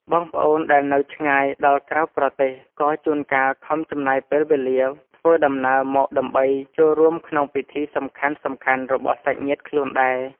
បងប្អូនដែលនៅឆ្ងាយដល់ក្រៅប្រទេសក៏ជួនកាលខំចំណាយពេលវេលាធ្វើដំណើរមកដើម្បីចូលរួមក្នុងពិធីសំខាន់ៗរបស់សាច់ញាតិខ្លួនដែរ។